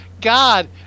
God